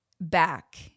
back